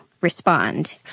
respond